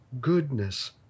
goodness